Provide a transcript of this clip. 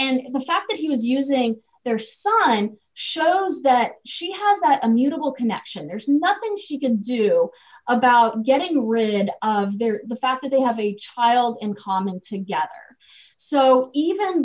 and the fact that he was using their son shows that she has that immutable connection there's a nothing she can do about getting rid of their the fact that they have a child in common together so even